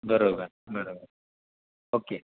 बरोबर बरोबर ओके